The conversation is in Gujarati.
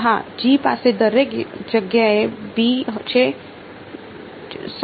હા G પાસે દરેક જગ્યાએ b છે જે સાચું છે